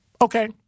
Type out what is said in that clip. Okay